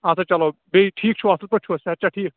اَسا چلو بیٚیہِ ٹھیٖک چھُوا اصٕل پٲٹھۍ چھِوا صحت چھا ٹھیٖک